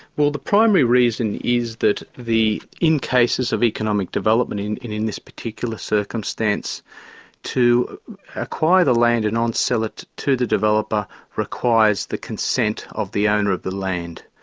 well the primary reason is that the in cases of economic development and in in this particular circumstance to acquire the land and on-sell it to the developer requires the consent of the owner of the land.